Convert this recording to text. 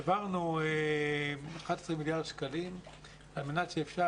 העברנו 11 מיליארד שקלים על מנת שאפשר